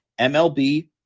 MLB